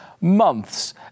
months